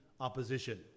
opposition